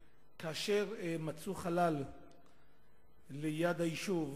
כפי שחז"ל לימדו אותנו, כאשר מצאו חלל ליד היישוב,